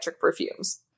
perfumes